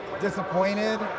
disappointed